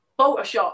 Photoshop